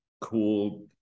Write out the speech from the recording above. cool